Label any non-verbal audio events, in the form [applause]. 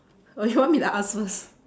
or you want [laughs] me to ask first